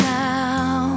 now